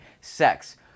sex